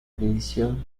edición